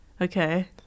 okay